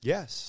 Yes